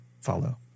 follow